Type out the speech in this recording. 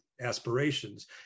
aspirations